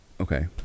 okay